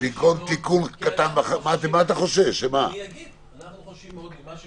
במקום תיקון קטן --- אנחנו חוששים מאוד --- ממה אתה חושש?